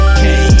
Okay